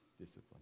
discipline